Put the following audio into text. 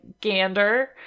gander